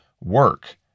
work